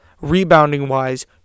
Rebounding-wise